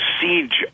siege